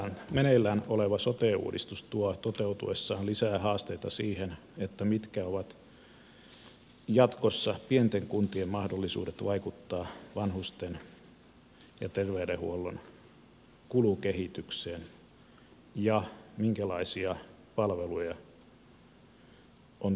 samanaikaisesti meneillään oleva sote uudistus tuo toteutuessaan lisää haasteita siihen mitkä ovat jatkossa pienten kuntien mahdollisuudet vaikuttaa vanhusten ja terveydenhuollon kulukehitykseen ja siihen minkälaisia palveluja on tarjolla vanhustenhoitoon